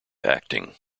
acting